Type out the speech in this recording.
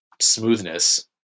smoothness